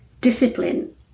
discipline